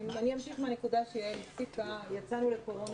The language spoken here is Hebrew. אני אמשיך מהנקודה שיעל הפסיקה: יצאנו ל"קורונה